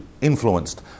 influenced